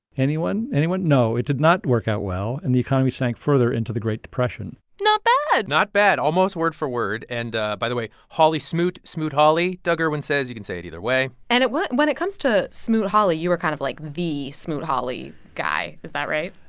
anyone? anyone? no, it did not work out well, and the economy sank further into the great depression not bad not bad almost word for word. word. and by the way, hawley-smoot, smoot-hawley doug irwin says you can say it either way and at what when it comes to smoot-hawley, you were kind of like the smoot-hawley guy. is that right?